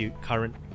current